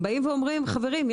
באים ואומרים: חברים,